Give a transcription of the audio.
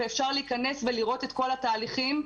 ואפשר להיכנס ולראות את כל התהליכים,